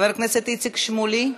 חבר הכנסת איציק שמולי.